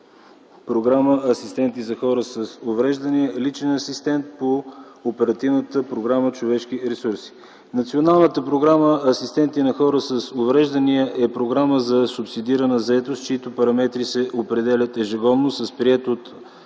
програма „Асистенти за хора с увреждания”, „Личен асистент” по Оперативна програма „Човешки ресурси”. Националната програма „Асистенти на хора с увреждания” е програма за субсидирана заетост, чиито параметри се определят ежегодно с приет от